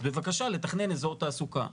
אז בבקשה לתכנן אזור תעסוקה.